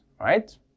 right